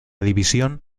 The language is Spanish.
división